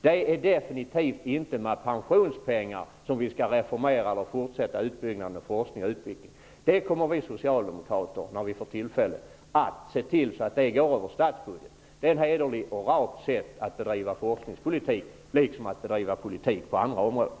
Det är definitivt inte med pensionspengar som vi skall reformera eller fortsätta utbyggnaden av forskning och utveckling. När vi socialdemokrater får tillfälle kommer vi att se till att det går över statsbudgeten. Det är ett hederligt och rakt sätt att bedriva forskningspolitik på, liksom att bedriva politik på andra områden.